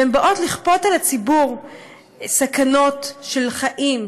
והן באות לכפות על הציבור סכנות של חיים,